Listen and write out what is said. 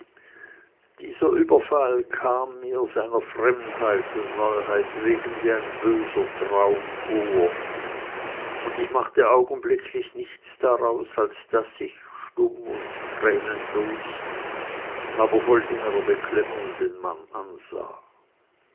dieser überfall kam mir seiner fremdheit und neuheit wegen wie ein böser traum vor und ich machte augenblicklich nichts daraus als daß ich stumm und tränenlos aber voll innerer beklemmung den mann ansah